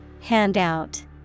Handout